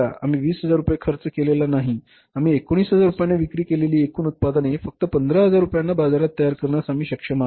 आम्ही 20000 रुपये खर्च केलेला नाही आम्ही 19000 रुपयांना विक्री केलेले एकूण उत्पादन फक्त 15000 रुपयांना बाजारात तयार करण्यास आम्ही सक्षम आहोत